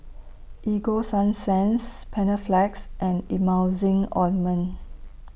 Ego Sunsense Panaflex and Emulsying Ointment